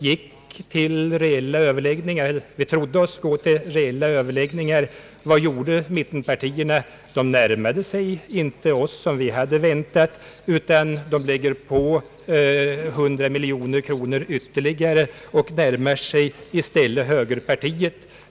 När vi i höstas trodde oss gå till reella öÖöverläggningar, vad gjorde då mittenpartierna? De närmade sig inte oss som vi hade väntat, utan de lade på ytterligare 100 miljoner kronor per år och närmade sig alltså i stället högerpartiet.